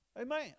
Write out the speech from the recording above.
Amen